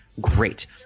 great